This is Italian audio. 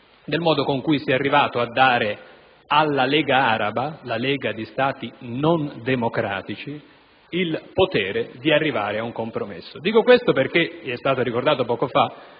sul modo in cui si è arrivati a dare alla Lega araba (la lega di Stati non democratici) il potere di giungere a un compromesso. Dico questo perché - é stato ricordato poco fa